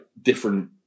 different